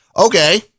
Okay